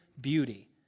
beauty